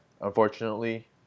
unfortunately